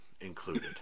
included